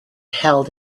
held